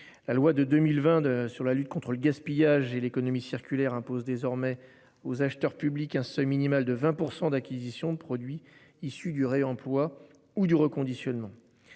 La loi de 2022 sur la lutte contre le gaspillage et l'économie circulaire impose désormais aux acheteurs publics un seuil minimal de 20% d'acquisition de produits issus du réemploi ou du reconditionnement.